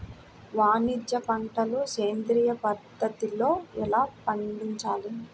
వాణిజ్య పంటలు సేంద్రియ పద్ధతిలో ఎలా పండించాలి?